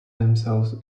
themselves